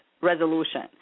resolution